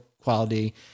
quality